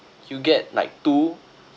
you get like two